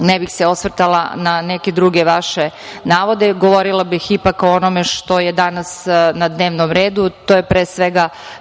i ne bih se osvrtala na neke druge vaše navode. Govorila bih ipak o onome što je danas na dnevnom redu. To je, pre svega,